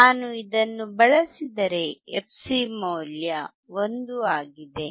ನಾನು ಇದನ್ನು ಬಳಸಿದರೆ fc ಮೌಲ್ಯ 1 ಆಗಿದೆ